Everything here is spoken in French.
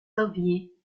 xavier